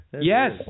Yes